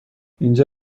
اینجا